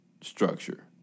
structure